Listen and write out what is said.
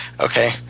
Okay